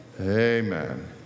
Amen